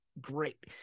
great